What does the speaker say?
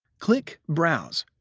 click browse,